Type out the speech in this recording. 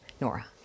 Nora